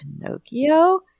Pinocchio